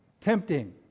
tempting